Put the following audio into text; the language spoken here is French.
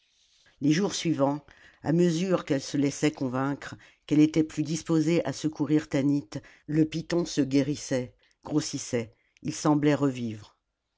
les jours suivants à mesure qu'elle se laissait convaincre qu'elle était plus disposée à secourir tanit le python se guérissait grossissait il semblait revivre